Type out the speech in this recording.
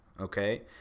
okay